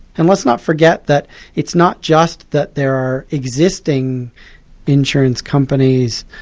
and let's not forget that it's not just that there are existing insurance companies,